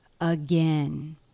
again